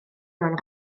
mewn